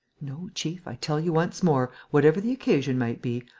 no, chief, i tell you once more, whatever the occasion might be,